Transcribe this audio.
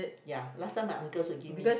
ya last time my uncles will give me